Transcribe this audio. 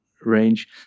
range